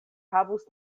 havus